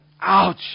Ouch